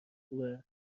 خوبه